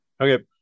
Okay